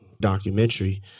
documentary